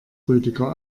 rüdiger